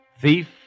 thief